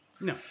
No